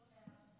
כך,